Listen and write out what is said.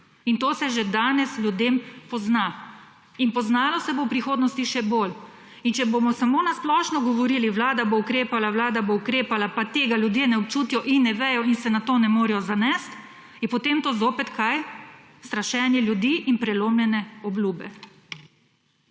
In to se že danes ljudem pozna. In poznalo se bo v prihodnosti še bolj. In če bomo samo na splošno govorili, vlada bo ukrepala, vlada bo ukrepala, pa tega ljudje ne občutijo in ne vedo in se na to ne morejo zanesti, je potem to zopet – kaj? Strašenje ljudi in prelomljene obljube.